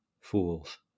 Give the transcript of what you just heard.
Fools